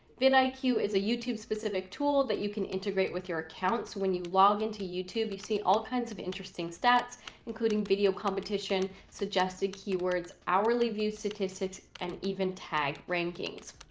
vin like iq is a youtube specific tool that you can integrate with your accounts. when you log into youtube, you've seen all kinds of interesting stats including video competition, suggested keywords, hourly view statistics, and even tag rankings.